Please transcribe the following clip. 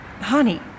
Honey